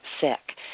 sick